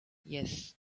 yes